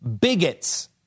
bigots